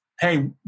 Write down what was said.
hey